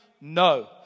No